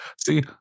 See